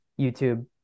youtube